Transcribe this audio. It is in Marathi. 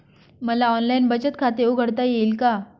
मला ऑनलाइन बचत खाते उघडता येईल का?